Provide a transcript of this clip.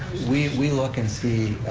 we we look and see